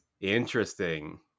interesting